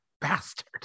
bastard